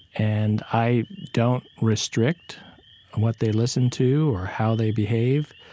and i don't restrict what they listen to or how they behave,